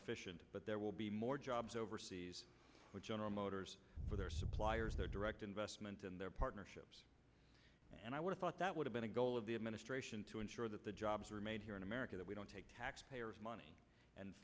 efficient but there will be more jobs overseas with general motors for their suppliers their direct investment and their partnerships and i would've thought that would have been a goal of the administration to ensure that the jobs remain here in america that we don't take taxpayer money and